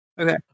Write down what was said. Okay